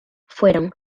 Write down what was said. fueron